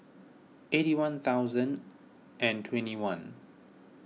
eighty one thousand and twenty one